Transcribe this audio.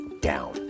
down